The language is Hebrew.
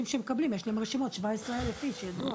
מאנשים שהם מקבלים, יש 17 אלף איש ידוע.